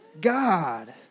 God